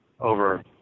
over